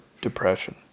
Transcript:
depression